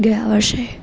ગયા વર્ષે